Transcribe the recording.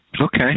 Okay